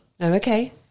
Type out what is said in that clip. Okay